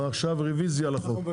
רביזיה על החוק.